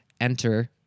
enter